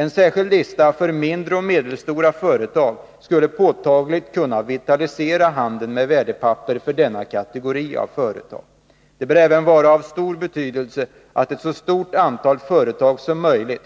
En särskild lista för mindre och medelstora företag skulle påtagligt kunna vitalisera handeln med värdepapper för denna kategori av företag. Det bör även vara av stor betydelse att ett så stort antal företag som möjligt